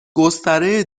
گستره